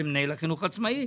למנהל החינוך העצמאי,